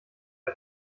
der